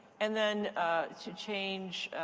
and then to change